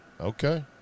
Okay